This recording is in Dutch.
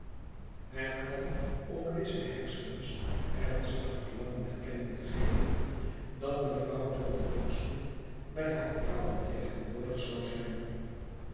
hij kwam om lize hexam's ernstig verlangen te kennen te geven dat mevrouw john rokesmith bij haar trouwen tegenwoordig zou zijn